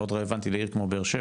מאוד רלוונטי לעיר כמו באר שבע.